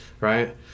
Right